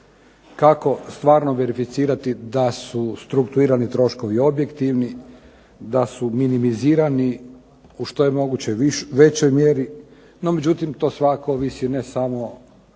kako stvarno verificirati da su strukturirani troškovi objektivni, da su minimizirani u što je moguće većoj mjeri, no međutim to svakako ovisi ne samo